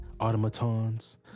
automatons